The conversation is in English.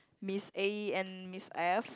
Miss A and Miss F